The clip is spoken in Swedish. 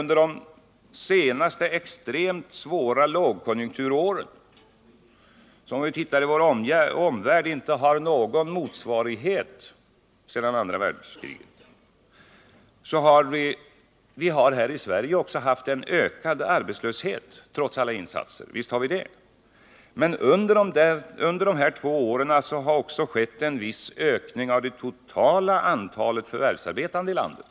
under de senaste extremt svåra lågkonjunkturåren — som i vår omvärld inte har någon motsvarighet sedan andra världskriget — har haft en ökad arbetslöshet trots alla insatser. Men under de här två åren har också skett en viss ökning av det totala antalet förvärvsarbetande i landet.